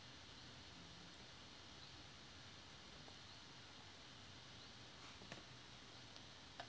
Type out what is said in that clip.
ah